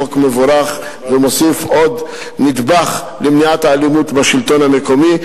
חוק מבורך שמוסיף עוד נדבך במניעת האלימות בשלטון המקומי.